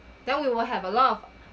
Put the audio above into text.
then we will have a lot of